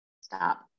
stop